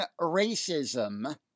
racism